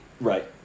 Right